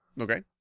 Okay